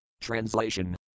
Translation